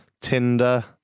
Tinder